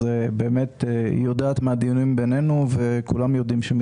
היא יודעת מהדיונים בינינו וכולם יודעים שאני